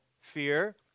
fear